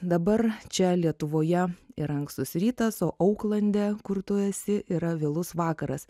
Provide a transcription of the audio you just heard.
dabar čia lietuvoje yra ankstus rytas o auklande kur tu esi yra vėlus vakaras